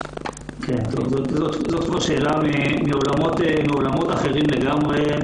זאת כבר שאלה מעולמות אחרים לגמרי.